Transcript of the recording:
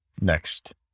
next